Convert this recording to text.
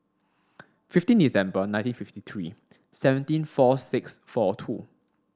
fifteen December nineteen fifty three seventeen four six four two